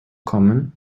kommen